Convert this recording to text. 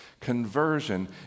Conversion